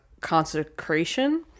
consecration